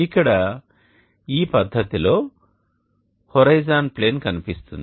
ఇక్కడ ఈ పద్ధతిలో హోరిజోన్ ప్లేన్ కనిపిస్తుంది